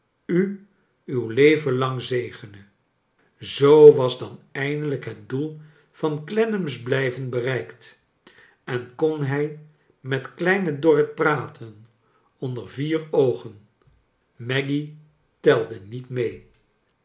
n uw leven lang zegenen zoo whs dan eindelijk het doel van clcnnam's blijven bereikt en kon hij met kleiue dorr it prat en onder vier oogen maggy telde niet mee